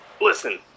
Listen